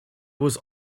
was